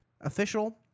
Official